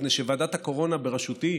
מפני שוועדת הקורונה בראשותי,